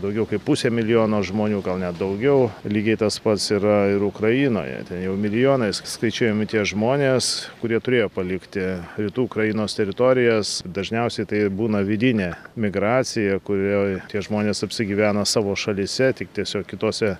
daugiau kaip pusė milijono žmonių gal net daugiau lygiai tas pats yra ir ukrainoje ten jau milijonais skaičiuojami tie žmonės kurie turėjo palikti rytų ukrainos teritorijas dažniausiai tai būna vidinė migracija kurioj tie žmonės apsigyveno savo šalyse tik tiesiog kitose